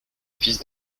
fils